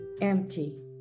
empty